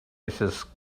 mrs